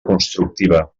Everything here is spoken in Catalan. constructiva